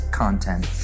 content